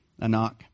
Anak